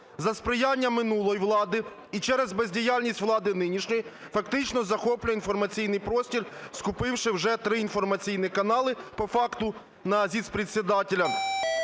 за сприяння минулої влади і через бездіяльність влади нинішньої фактично захоплює інформаційний простір, скупивши вже три інформаційні канали, по факту на "зиц-председателя",